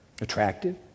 attractive